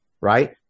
right